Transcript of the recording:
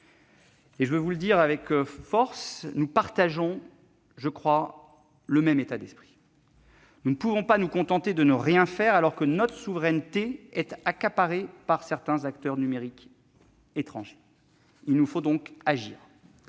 Je veux vous le dire avec force : nous partageons le même état d'esprit. Nous ne pouvons pas nous contenter de ne rien faire alors que notre souveraineté est accaparée par des acteurs numériques étrangers. Il nous faut donc agir.